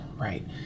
right